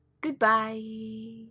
goodbye